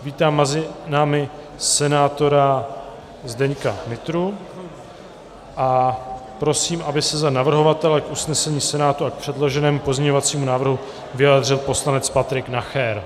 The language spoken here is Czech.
Vítám mezi námi senátora Zdeňka Nytru a prosím, aby se za navrhovatele k usnesení Senátu a k předloženému pozměňovacímu návrhu vyjádřil poslanec Patrik Nacher.